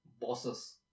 bosses